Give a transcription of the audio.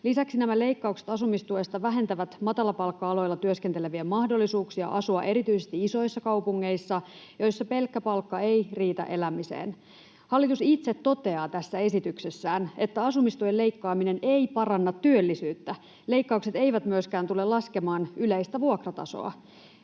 Lisäksi nämä leikkaukset asumistuesta vähentävät matalapalkka-aloilla työskentelevien mahdollisuuksia asua erityisesti isoissa kaupungeissa, joissa pelkkä palkka ei riitä elämiseen. Hallitus itse toteaa tässä esityksessään, että asumistuen leikkaaminen ei paranna työllisyyttä. Leikkaukset eivät myöskään tule laskemaan yleistä vuokratasoa.